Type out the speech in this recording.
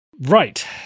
right